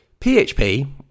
PHP